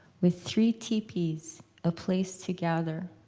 with three tipis, a place to gather.